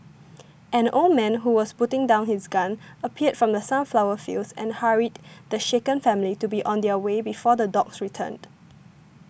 an old man who was putting down his gun appeared from the sunflower fields and hurried the shaken family to be on their way before the dogs return